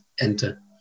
enter